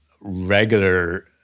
regular